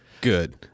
good